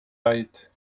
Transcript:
ait